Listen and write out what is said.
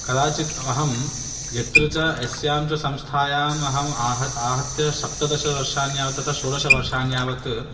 कदाचित् अहं यत्र च यस्यां च संस्थायाम् अहम् आह आहत्य सप्तदशवर्षाण्यावत् तथा षोडषवर्षाण्यावत्